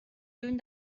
lluny